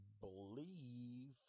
believe